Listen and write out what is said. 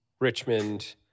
Richmond